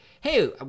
Hey